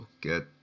Get